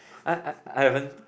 I I I haven't